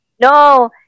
No